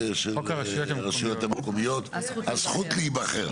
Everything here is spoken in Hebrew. התחזוקה הזאת יכולה להיות בית שלא ראוי למגורים עד לבעיות תחזוקה קלות,